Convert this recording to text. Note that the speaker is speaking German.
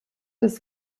des